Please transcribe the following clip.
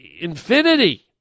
infinity